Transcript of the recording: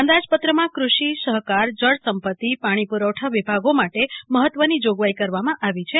અંદાજપત્રમાં કૃષિ સહકાર જળ સંપત્તિ પાણી પુરવઠા વિભાગો માટે મહત્વની જોગવાઈ કરવામાં આવી છે